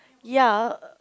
ya